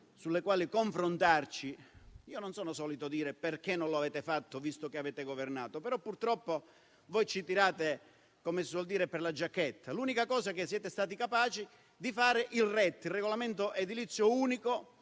su di esse confrontarci. Io non sono solito dire: perché non lo avete fatto voi, visto che avete governato? Purtroppo, però, voi ci tirate per la giacchetta. L'unica cosa che siete stati capaci di fare è il RET, il regolamento edilizio unico